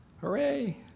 Hooray